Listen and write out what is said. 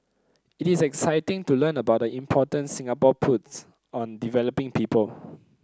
it is exciting to learn about the importance Singapore puts on developing people